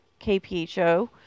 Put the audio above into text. KPHO